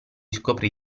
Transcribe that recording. scoprì